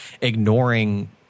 ignoring